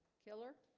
killer